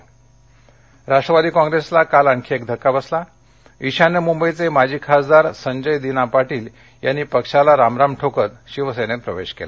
संजय पाटील राष्ट्रवादी कॉंग्रेसला काल आणखी एक धक्का बसला ईशान्य मुंबईचेमाजी खासदार संजय दीना पाटील यांनी पक्षाला रामराम ठोकत शिवसेनेत प्रवेश केला